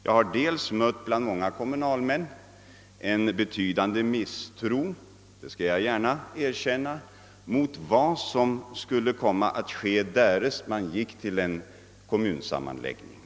Jag har därvid — det skall jag gärna erkänna — bland en del kommunalmän mött en betydande misstro mot vad som skulle komma att inträffa därest man skulle skrida till en kommunsamman läggning.